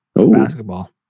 basketball